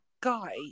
guy